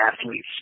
athletes